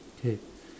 okay